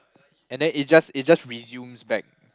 and then it just it just resumes back